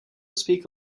speak